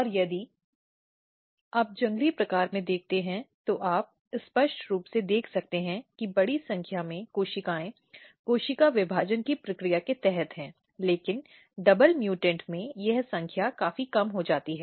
और यदि आप जंगली प्रकार में देखते हैं तो आप स्पष्ट रूप से देख सकते हैं कि बड़ी संख्या में कोशिकाएं कोशिका विभाजन की प्रक्रिया के तहत हैं लेकिन दोहरे डबल म्युटेंट में यह संख्या काफी कम हो जाती है